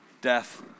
death